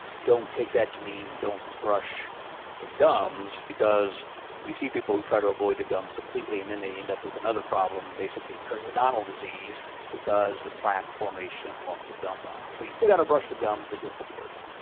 don't take that to mean don't brush the gums because we see people who try to avoid the gums completely and then they end up with another problem, basically periodontal disease because the plaque formation along the gum line. so you still got to brush the gums but just be careful.